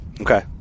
Okay